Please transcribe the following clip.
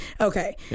Okay